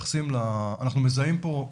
אנחנו מזהים פה פער,